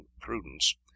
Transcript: prudence